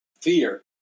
fear